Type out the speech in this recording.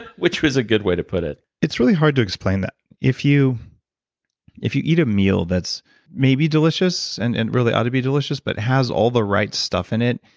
which was a good way to put it it's really hard to explain that if you if you eat a meal that's maybe delicious, and and really ought to be delicious, but has all the right stuff in it,